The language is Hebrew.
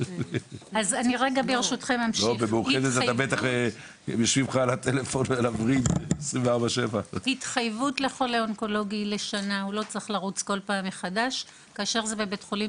ב׳מאוחדת׳ הם בטח יושבים לך על הווריד 24/7. אז אני ברשותכם